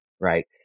right